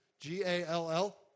G-A-L-L